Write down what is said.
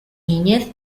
niñez